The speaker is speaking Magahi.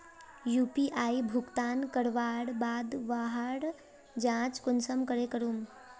यु.पी.आई भुगतान करवार बाद वहार जाँच कुंसम करे करूम?